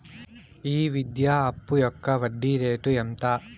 ఈ విద్యా అప్పు యొక్క వడ్డీ రేటు ఎంత?